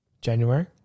January